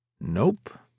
Nope